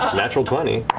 natural twenty.